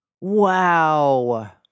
Wow